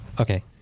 Okay